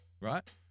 Right